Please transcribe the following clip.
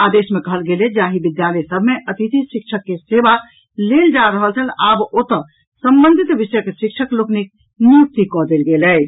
आदेश मे कहल गेल अछि जे जाहि विद्यालय सभ मे अतिथि शिक्षक के सेवा लेल जा रहल छल आब ओतऽ संबंधित विषयक शिक्षक लोकनिक नियुक्ति कऽ देल गेल अछि